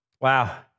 wow